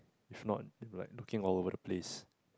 if not like looking all over the place